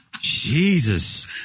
Jesus